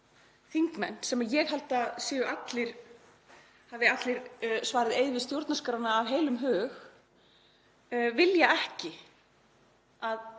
þingmenn, sem ég held að hafi allir svarið eið við stjórnarskrána af heilum hug, vilja ekki að